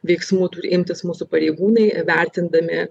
veiksmų turi imtis mūsų pareigūnai vertindami